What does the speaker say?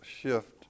shift